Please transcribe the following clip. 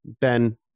Ben